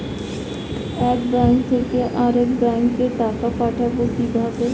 এক ব্যাংক থেকে আরেক ব্যাংকে টাকা পাঠাবো কিভাবে?